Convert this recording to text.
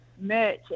merch